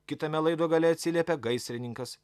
kitame laido gale atsiliepė gaisrininkas